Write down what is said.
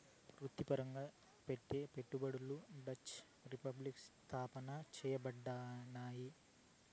వృత్తిపరంగా పెట్టే పెట్టుబడులు డచ్ రిపబ్లిక్ స్థాపన చేయబడినాయి